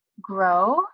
grow